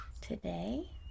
Today